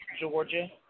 Georgia